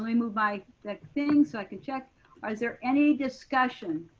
me move by the thing so i can check or is there any discussion?